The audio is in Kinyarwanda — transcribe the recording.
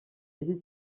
iki